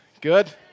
Good